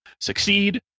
succeed